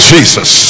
Jesus